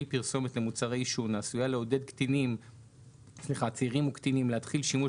פרסומת למוצרי עישון העשויה לעודד צעירים וקטינים להתחיל שימוש